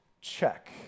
check